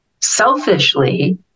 selfishly